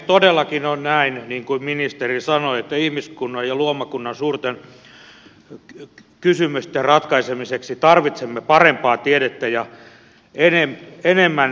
todellakin on näin niin kuin ministeri sanoi että ihmiskunnan ja luomakunnan suurten kysymysten ratkaisemiseksi tarvitsemme parempaa tiedettä ja enemmän tiedettä